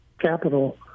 capital